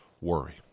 worry